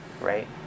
right